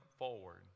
forward